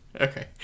Okay